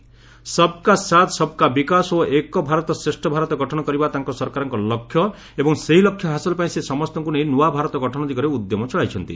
'ସବ୍କା ସାଥ୍ ସବ୍କା ବିକାଶ' ଓ 'ଏକ ଭାରତ ଶ୍ରେଷ୍ଠ ଭାରତ' ଗଠନ କରିବା ତାଙ୍କ ସରକାରଙ୍କ ଲକ୍ଷ୍ୟ ଏବଂ ସେହି ଲକ୍ଷ୍ୟ ହାସଲପାଇଁ ସେ ସମସ୍ତଙ୍କୁ ନେଇ ନ୍ତଆ ଭାରତ ଗଠନ ଦିଗରେ ଉଦ୍ୟମ ଚଳାଇଛନ୍ତି